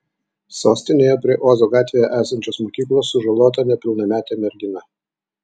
sostinėje prie ozo gatvėje esančios mokyklos sužalota nepilnametė mergina